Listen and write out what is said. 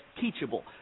teachable